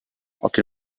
occhio